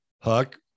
Huck